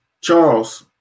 Charles